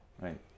Right